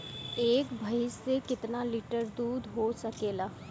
एक भइस से कितना लिटर दूध हो सकेला?